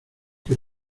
que